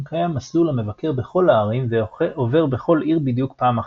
קיים מסלול המבקר בכל הערים ועובר בכל עיר בדיוק פעם אחת.